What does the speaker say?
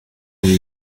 ariko